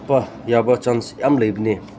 ꯆꯠꯄ ꯌꯥꯕ ꯆꯥꯟꯁ ꯌꯥꯝ ꯂꯩꯕꯅꯦ